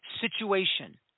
situation